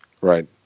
Right